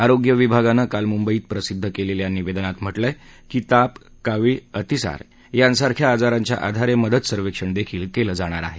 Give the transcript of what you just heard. आरोग्य विभागानं काल मुंबईत प्रसिद्ध केलेल्या निवेदनात म्हटलंय की ताप कावीळ अतिसार यासारख्या आजारांच्या आधारे मदत सर्वेक्षणही केलं जाणार आहे